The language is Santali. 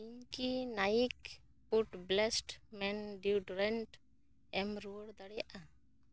ᱤᱧ ᱠᱤ Nike wood blast men deodorant ᱮᱢ ᱨᱩᱭᱟᱹᱲ ᱫᱟᱲᱮᱭᱟᱜᱼᱟ